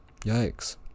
Yikes